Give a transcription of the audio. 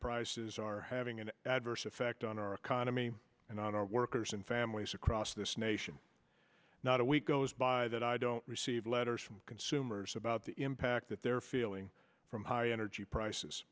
prices are having an adverse effect on our economy and on our workers and families across this nation not a week goes by that i don't receive letters from consumers about the impact that they're feeling from high energy prices